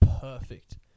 perfect